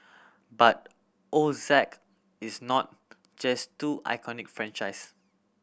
but O Z is not just two iconic franchise